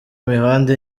mihanda